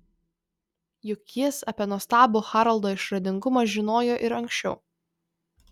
juk jis apie nuostabų haroldo išradingumą žinojo ir anksčiau